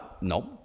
No